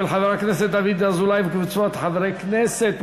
של חבר הכנסת דוד אזולאי וקבוצת חברי כנסת,